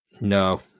No